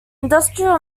industrial